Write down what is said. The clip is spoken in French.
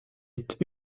est